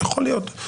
יכול להיות.